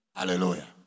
Hallelujah